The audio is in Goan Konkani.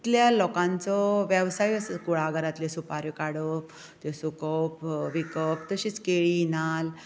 कितल्या लोकांचो वेवसाय आसा कुळाघरांतल्यो सुपाऱ्यो काडून त्यो सुकोवप विकप तशेंच केळी नाल्ल